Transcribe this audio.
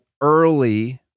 early